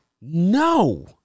No